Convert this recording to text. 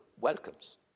welcomes